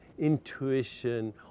Intuition